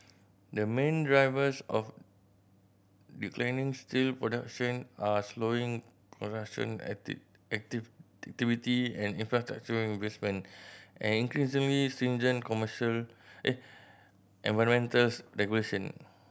the main drivers of declining steel production are slowing construction activity and infrastructure investment and increasingly stringent commercial environments regulation